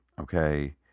okay